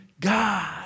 God